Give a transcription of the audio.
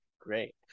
Great